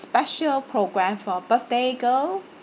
special program for birthday girl